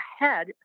ahead